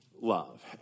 love